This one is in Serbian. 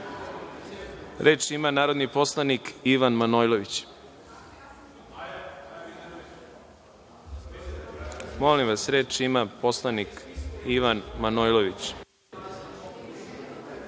ima narodni poslanik Ivan Manojlović. Izvolite. Molim vas, reč ima poslanik Ivan Manojlović.